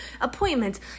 appointments